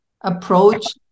approach